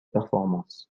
performances